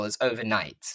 overnight